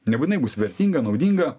nebūtinai bus vertinga naudinga